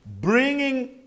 bringing